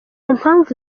mpamvu